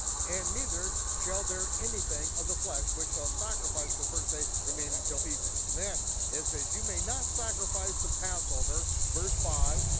and neither shall there anything of the flesh which they'll sacrifice the first day, remain until evening. and then it says you may not sacrifice the passover, verse five,